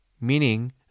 meaning